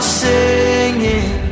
singing